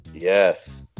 yes